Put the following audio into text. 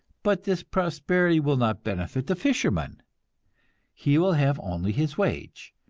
but this prosperity will not benefit the fisherman he will have only his wage,